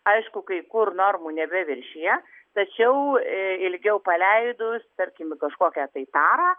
aišku kai kur normų nebeviršija tačiau ilgiau paleidus tarkim į kažkokią tai tarą